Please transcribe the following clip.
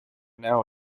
now